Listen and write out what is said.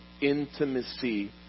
intimacy